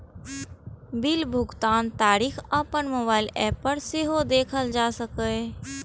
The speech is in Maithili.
बिल भुगतानक तारीख अपन मोबाइल एप पर सेहो देखल जा सकैए